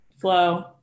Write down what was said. flow